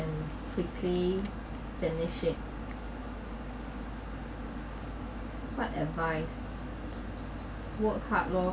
and quickly finished it what advice work hard loh